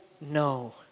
no